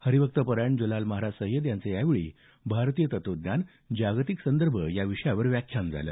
हरिभक्त परायण जलाल महाराज सय्यद यांचं यावेळी भारतीय तत्वज्ञान जागतिक संदर्भ या विषयावर व्याख्यान झालं